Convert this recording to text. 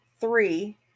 three